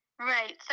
Right